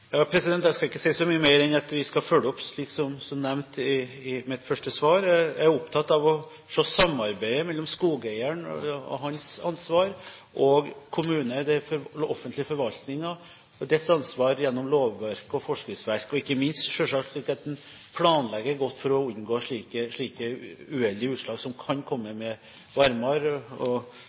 vi skal følge opp, slik som nevnt i mitt første svar. Jeg er opptatt av å se samarbeidet mellom skogeieren og hans ansvar og den offentlige forvaltningen og dens ansvar gjennom lovverk og forskriftsverk, og ikke minst – selvsagt – slik at en planlegger godt for å unngå slike uheldige utslag som kan komme med varmere klima og